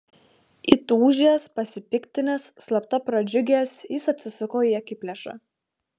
įtūžęs pasipiktinęs slapta pradžiugęs jis atsisuko į akiplėšą